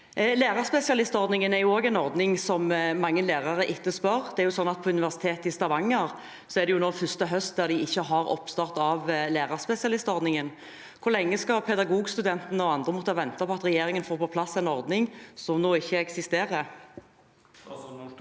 Lærerspesialistordningen er en ordning mange lærere etterspør. På Universitetet i Stavanger er det nå første høst de ikke har oppstart av lærerspesialistordningen. Hvor lenge skal pedagogstudentene og andre måtte vente på at regjeringen får på plass en ordning som nå ikke eksisterer?